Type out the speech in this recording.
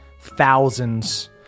thousands